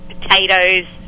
potatoes